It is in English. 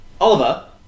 Oliver